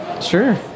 Sure